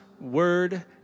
word